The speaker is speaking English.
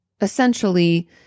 essentially